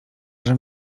żem